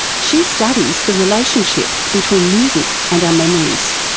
she studies the relationship between music and our memories.